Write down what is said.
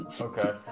Okay